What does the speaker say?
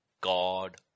God